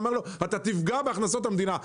הוא אמר לו: "אתה תפגע בהכנסות המדינה".